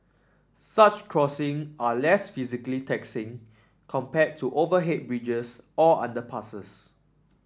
such crossing are less physically taxing compared to overhead bridges or underpasses